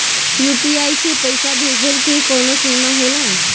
UPI से पईसा भेजल के कौनो सीमा होला?